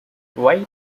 white